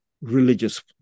religious